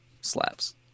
slaps